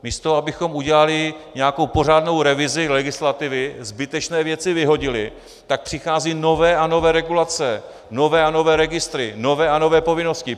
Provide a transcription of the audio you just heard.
Místo abychom udělali nějakou pořádnou revizi legislativy, zbytečné věci vyhodili, tak přicházejí nové a nové regulace, nové a nové registry, nové a nové povinnosti.